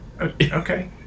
okay